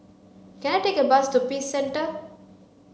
can I take a bus to Peace Centre